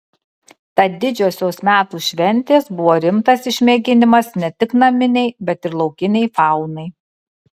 tad didžiosios metų šventės buvo rimtas išmėginimas ne tik naminei bet ir laukinei faunai